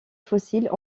fossiles